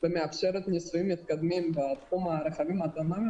ומאפשרת ניסויים מתקדמים בתחום הרכבים האוטונומיים